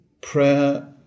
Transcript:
Prayer